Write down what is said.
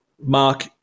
Mark